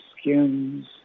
skins